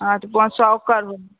हँ तऽ पाँच सए ओकर होल